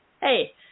hey